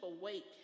awake